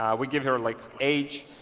we give her like age,